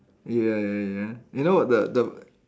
ya ya ya you know the the